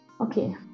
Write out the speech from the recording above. Okay